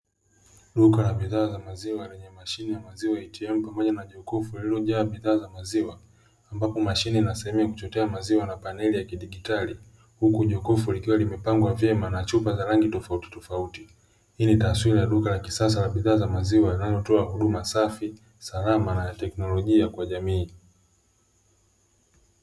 Duka la bidhaa za maziwa lina mashine ya maziwa ATM pamoja na jokofu lililojaa bidhaa za maziwa ambapo mashine ina sehemu ya kuchotea maziwa na paneli ya kidijitali huku jokofu likiwa limepangwa vyema na chupa za rangi tofautitofauti.